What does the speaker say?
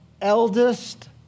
eldest